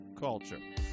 Culture